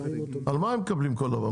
על מה הם מקבלים כל דבר?